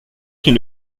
qu’il